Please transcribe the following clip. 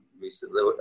recently